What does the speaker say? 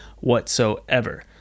whatsoever